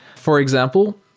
for example,